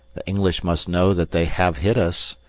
the english must know that they have hit us,